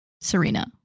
Serena